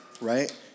right